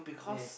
yes